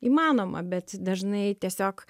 įmanoma bet dažnai tiesiog